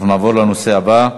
אנחנו נעבור לנושא הבא: